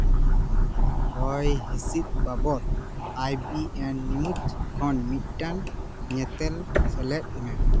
ᱦᱚᱭ ᱦᱤᱸᱥᱤᱫ ᱵᱟᱵᱚᱫ ᱟᱭ ᱵᱤ ᱮᱱ ᱱᱤᱭᱩᱡ ᱠᱷᱚᱱ ᱢᱤᱫᱴᱟᱝ ᱧᱮᱛᱮᱞ ᱥᱮᱞᱮᱫ ᱢᱮ